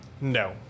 no